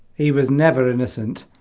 he was never innocent